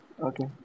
Okay